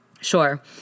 Sure